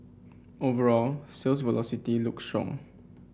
overall sales velocity look strong